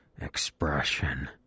expression